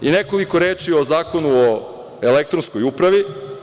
Sada nekoliko reči o Zakonu o elektronskoj upravi.